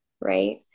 right